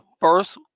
first